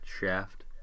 Shaft